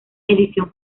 edición